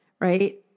right